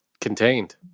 contained